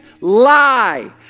lie